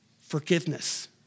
forgiveness